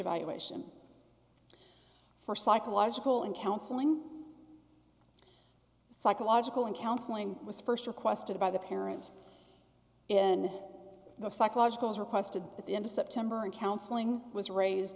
isolation for psychological and counseling psychological and counseling was st requested by the parent in the psychological as requested at the end of september and counseling was raised